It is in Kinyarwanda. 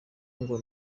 ngo